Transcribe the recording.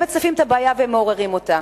הם מציפים את הבעיה ומעוררים אותה.